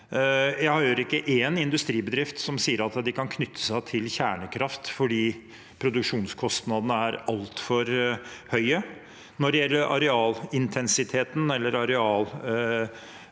Jeg hører ikke én industribedrift som sier at de kan knytte seg til kjernekraft, for produksjonskostnadene er altfor høye. Når det gjelder arealintensiteten eller arealforhold,